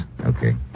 Okay